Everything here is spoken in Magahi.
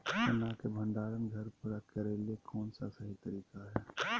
चना के भंडारण घर पर करेले कौन सही तरीका है?